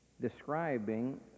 Describing